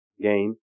game